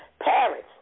Parents